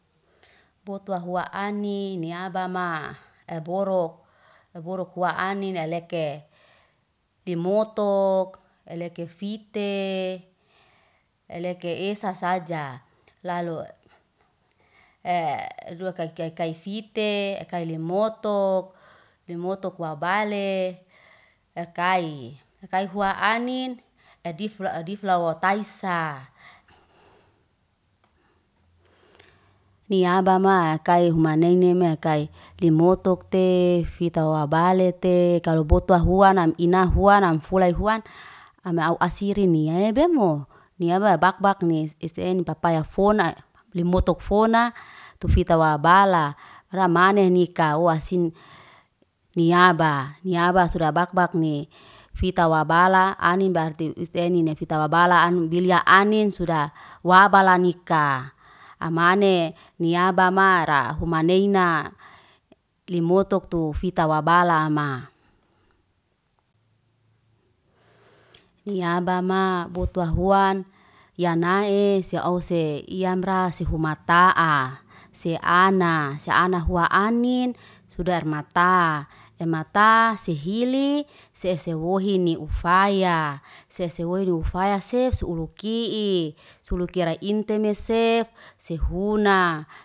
Boto hua anin ne abama, eborok. Eborok wa anin eleke, timoto eleke fite, eleke esa saja. Lalu dokakai kite, kai lemoto. Lemotok wabale ef'kai, ef'kai fua anin adif la adif lau tai'sa. ni aba ma kai huma neini me kai, limotok te, fita wabale te, kalau botoa hua nan ina huanam folay huan. Ham u'asiri mi'ebomoo. Miaba bakbakni isi ene pakpaya fona'a. Lim motok fona, tu fita wabala, ramane nika ou wasin. Ni aba, ni aba suda bakbak ni. Fita wabala anim ber ti ifene ne, fita wabala am biliya anin suda wabala nikaa. Amane ni abamara huma neina, limototok tu fita wabala ma. niabama botowa huan, ya nae se ose. Iyamra sifumataa se ana, se ana hua anin sudarmataa. Yamataa se hili se sewohi ni ufaya, se sewohi ni ufaya se seuluki'i. Se ulukiya rai intemese si funa